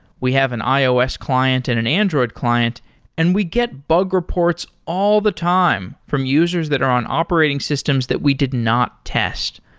we have an ios client and an android client and we get bug reports all the time from users that are on operating systems that we did not test.